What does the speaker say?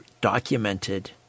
documented